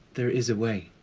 there is a way.